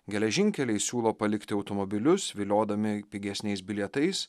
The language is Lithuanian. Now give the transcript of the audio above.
geležinkeliai siūlo palikti automobilius viliodami pigesniais bilietais